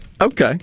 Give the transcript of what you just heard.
Okay